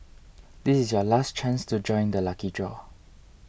this is your last chance to join the lucky draw